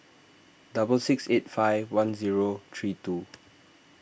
double six eight five one zero three two